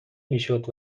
میشد